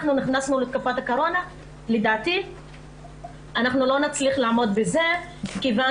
השנה נכנסנו לתקופת הקורונה ולדעתי לא נצליח לעמוד בזה מכיוון